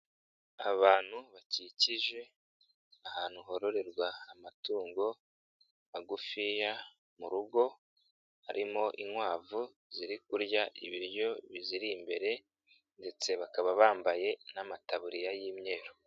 Abantu bakikije ahantu hororerwa amatungo magufiya mu rugo, harimo inkwavu ziri kurya ibiryo biziri imbere ndetse bakaba bambaye n'amataburiya y'imyeru.